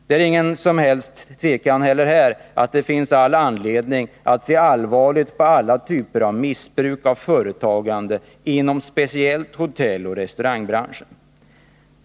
Det är ingen som helst tvekan här heller om att det finns anledning att se allvarligt på alla typer av missbruk av företagande inom speciellt hotelloch restaurangbranschen.